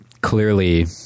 clearly